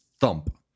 thump